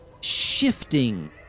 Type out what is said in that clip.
shifting